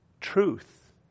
Truth